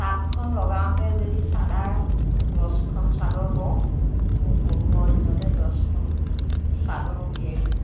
তাঁতখন লগাওঁতে যদি চাদা দহখন চাদৰ বওঁ মোৰ পোন্ধৰ দিনতে দহখন চাদৰ উলিয়াই দিওঁ